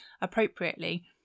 appropriately